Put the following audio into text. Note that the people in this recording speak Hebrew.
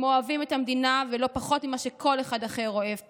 הם אוהבים את המדינה ולא פחות ממה שכל אחד אחר אוהב פה,